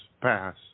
pass